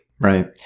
Right